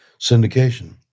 syndication